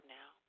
now